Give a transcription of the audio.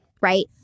right